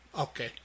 Okay